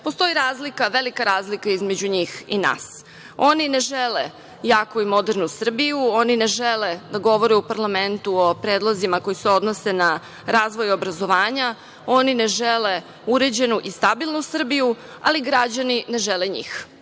postoji velika razlika između njih i nas, oni ne žele jaku i modernu Srbiju, oni ne žele da govore u parlamentu o predlozima koji se odnose na razvoj obrazovanja, oni ne žele uređenu i stabilnu Srbiju, ali građani ne žele njih,